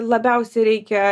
labiausiai reikia